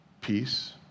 peace